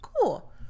cool